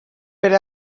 per